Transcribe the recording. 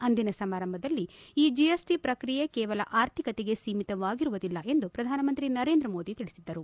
ಅಂದಿನ ಸಮಾರಂಭದಲ್ಲಿ ಈ ಜೆಎಸ್ಟ ಪ್ರಕ್ರಿಯೆ ಕೇವಲ ಆರ್ಥಿಕತೆಗೆ ಸೀಮಿತವಾಗಿರುವುದಿಲ್ಲ ಎಂದು ಪ್ರಧಾನಮಂತ್ರಿ ನರೇಂದ್ರ ಮೋದಿ ತಿಳಿಸಿದ್ದರು